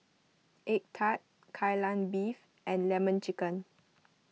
Egg Tart Kai Lan Beef and Lemon Chicken